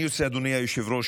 אדוני היושב-ראש,